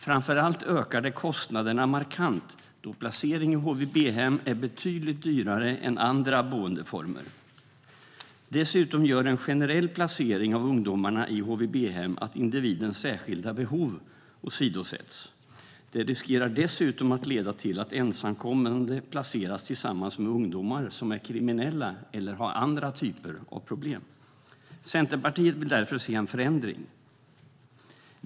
Framförallt ökar det kostnaderna markant, då placering i HVB-hem är betydligt dyrare än andra boendeformer. Dessutom gör en generell placering av ungdomarna i HVB-hem att individens särskilda behov åsidosätts. Det riskerar dessutom att, som granskningar i media visat under den senaste månaden, leda till att ensamkommande placeras tillsammans med ungdomar som är kriminella eller har andra typer av problem. Centerpartiet vill därför se en förändring.